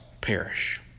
perish